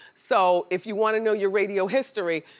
so if you wanna know your radio history,